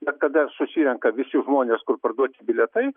bet kada susirenka visi žmonės kur parduoti bilietai